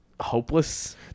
hopeless